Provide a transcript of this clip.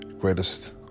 greatest